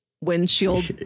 windshield